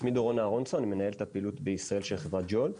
אני מנהל את הפעילות של חברת JOLT